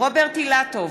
רוברט אילטוב,